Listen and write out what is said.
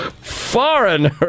Foreigner